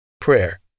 prayer